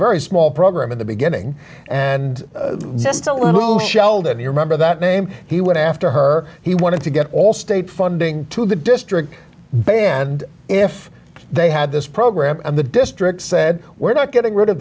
very small program in the beginning and just a little sheldon you're a member of that name he went after her he wanted to get all state funding to the district band if they had this program and the district said we're not getting rid of